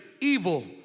evil